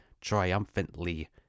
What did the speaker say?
triumphantly